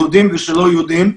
יהודים ושלא יהודים,